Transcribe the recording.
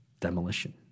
demolition